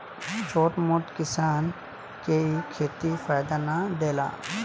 छोट मोट किसान के इ खेती फायदा ना देला